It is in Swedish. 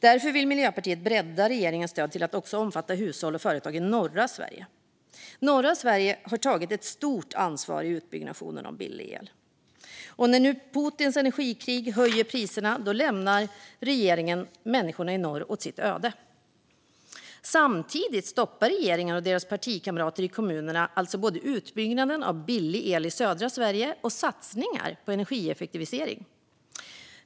Därför vill Miljöpartiet bredda regeringens stöd till att också omfatta hushåll och företag i norra Sverige. Norra Sverige har tagit ett stort ansvar i utbyggnaden av billig el, men nu när Putins energikrig höjer priserna lämnar regeringen människorna i norr åt sitt öde. Samtidigt stoppar regeringen och dess partikamrater i kommunerna alltså både utbyggnaden av billig el i södra Sverige och satsningar på energieffektiviseringar.